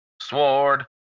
Sword